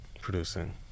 producing